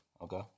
Okay